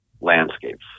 landscapes